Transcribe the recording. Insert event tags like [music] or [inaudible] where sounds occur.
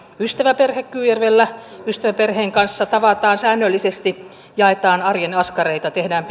ystäväperhe kyyjärvellä ystäväperheen kanssa tavataan säännöllisesti jaetaan arjen askareita tehdään [unintelligible]